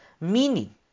Meaning